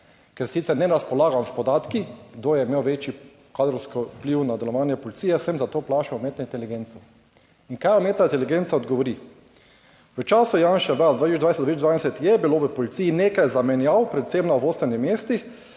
ker sicer ne razpolagam s podatki, kdo je imel večji kadrovski vpliv na delovanje policije, sem za to vprašal umetno inteligenco. In kaj umetna inteligenca odgovori? V času Janševe / nerazumljivo/ je bilo v policiji nekaj zamenjav, predvsem na vodstvenih mestih,